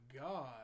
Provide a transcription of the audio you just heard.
god